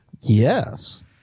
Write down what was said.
Yes